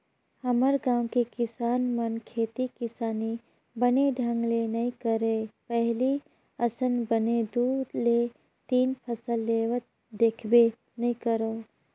हमर गाँव के किसान मन खेती किसानी बने ढंग ले नइ करय पहिली असन बने दू ले तीन फसल लेवत देखबे नइ करव